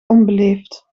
onbeleefd